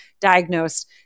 diagnosed